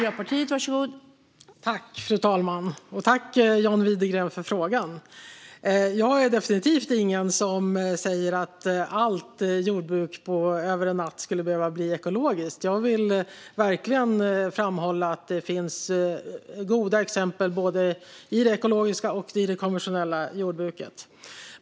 Fru talman! Tack, John Widegren, för frågan! Jag är definitivt inte någon som säger att allt jordbruk över en natt skulle behöva bli ekologiskt. Jag vill verkligen framhålla att det finns goda exempel både i det ekologiska och i det konventionella jordbruket.